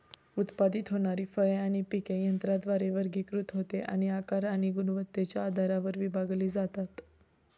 उत्पादित होणारी फळे आणि पिके यंत्राद्वारे वर्गीकृत होते आणि आकार आणि गुणवत्तेच्या आधारावर विभागली जातात